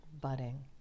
budding